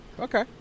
okay